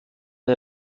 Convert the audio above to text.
der